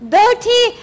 dirty